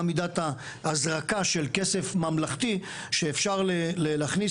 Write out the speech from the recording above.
מה מידת ההזרקה של כסף ממלכתי שאפשר להכניס